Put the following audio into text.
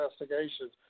investigations